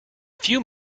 few